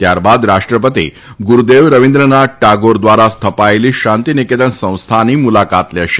ત્યારબાદ રાષ્ટ્રપતિ ગુરૂદેવ રવિન્દ્રનાથ ટાગોર દ્વારા સ્થપાયેલી શાંતિ નિકેતન સંસ્થાની મુલાકાત લેશે